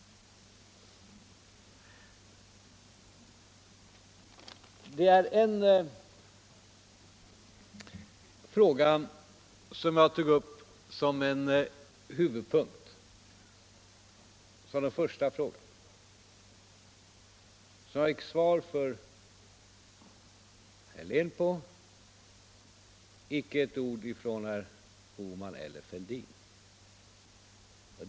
På en fråga som jag tog upp som en huvudpunkt, nämligen den första frågan, fick jag svar från herr Helén men icke ett ord från herrar Bohman och Fälldin.